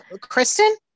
Kristen